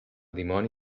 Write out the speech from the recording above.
dimoni